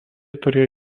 turėjo